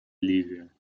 ливия